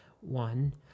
One